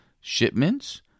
shipments